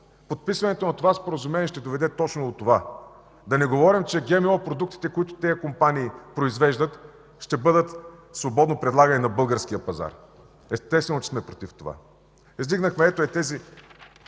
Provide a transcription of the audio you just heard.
Подписването на споразумението ще доведе точно до това. Да не говорим, че ГМО продуктите, които тези компании произвеждат, ще бъдат свободно предлагани на българския пазар. Естествено, че сме против това. Издигнахме ето този